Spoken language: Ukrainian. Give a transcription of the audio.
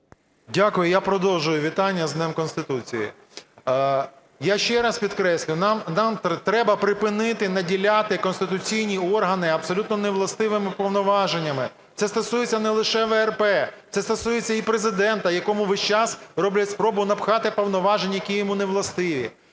Дякую. Я продовжую вітання з Днем Конституції. Я ще раз підкреслюю, нам треба припинити наділяти конституційні органи абсолютно невластивими повноваженнями. Це стосується не лише ВРП, це стосується і Президента, якому весь час роблять спробу напхати повноваження, які йому не властиві,